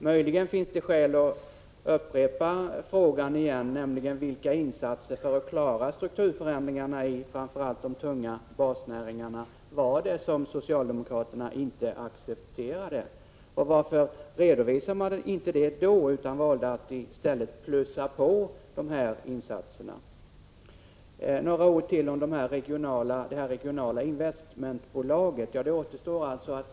Möjligen finns det skäl att upprepa frågan: Vilka insatser för att klara strukturförändringarna i framför allt de tunga basnäringarna var det som socialdemokraterna inte accepterade? Och varför redovisade man inte det då utan valde att i stället plussa på insatserna? Några ord till om det regionala investmentbolaget. Det återstår att se hur — Prot.